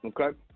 Okay